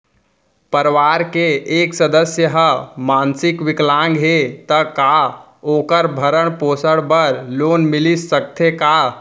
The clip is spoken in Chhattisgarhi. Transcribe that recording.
परवार के एक सदस्य हा मानसिक विकलांग हे त का वोकर भरण पोषण बर लोन मिलिस सकथे का?